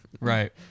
Right